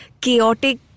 chaotic